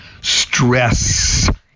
Stress